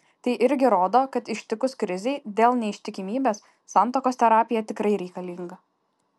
tai irgi rodo kad ištikus krizei dėl neištikimybės santuokos terapija tikrai reikalinga